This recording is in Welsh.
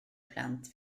plant